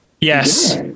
Yes